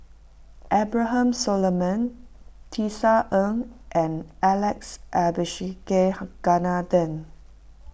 Abraham Solomon Tisa Ng and Alex Abisheganaden